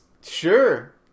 sure